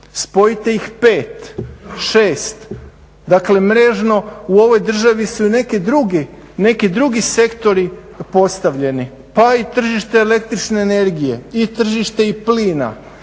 Spojite ih pet, šest, dakle mrežno u ovoj državi su i neki drugi sektori postavljeni pa i tržište električne energije i tržište plina